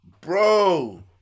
Bro